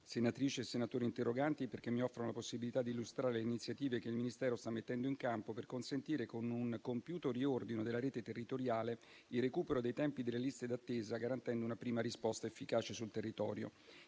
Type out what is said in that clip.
senatrici e senatori interroganti, perché mi offrono la possibilità di illustrare le iniziative che il Ministero sta mettendo in campo per consentire, con un compiuto riordino della rete territoriale, il recupero dei tempi delle liste d'attesa, garantendo una prima risposta efficace sul territorio.